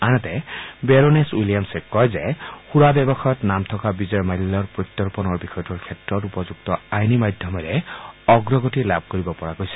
আনহাতে বেৰোনেচ উইলিয়ামছে কয় যে সুৰা ব্যৱসায়ত নাম থকা বিজয়া মাল্যৰ প্ৰত্যৰ্পণৰ বিষয়টোৰ ক্ষেত্ৰত উপযুক্ত আইনী মাধ্যমেৰে অগ্ৰগতি লাভ কৰিব পৰা গৈছে